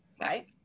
Right